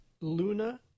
Luna